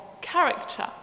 character